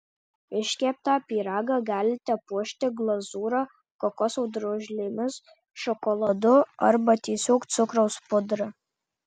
iškeptą pyragą galite puošti glazūra kokoso drožlėmis šokoladu arba tiesiog cukraus pudra